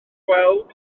gweld